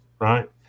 right